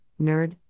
Nerd